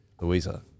Louisa